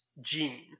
gene